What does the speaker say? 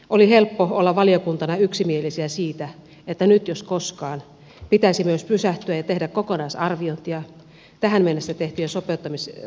oli helppo olla valiokuntana yksimielisiä siitä että nyt jos koskaan pitäisi myös pysähtyä ja tehdä kokonaisarviointia tähän mennessä tehtyjen sopeuttamisten vaikutuksista